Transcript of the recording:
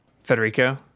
Federico